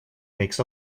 makes